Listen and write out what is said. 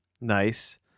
nice